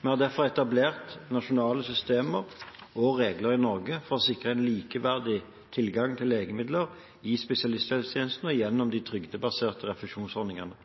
Vi har derfor etablert nasjonale systemer og regler i Norge for å sikre likeverdig tilgang til legemidler i spesialisthelsetjenesten og gjennom de trygdebaserte refusjonsordningene.